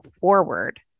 forward